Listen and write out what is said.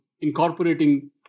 incorporating